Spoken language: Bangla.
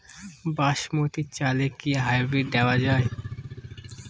বাসমতী চালে কি হাইব্রিড দেওয়া য়ায়?